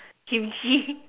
Kimchi